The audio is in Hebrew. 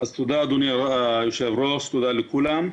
אז תודה, אדוני היושב ראש, תודה לכולם.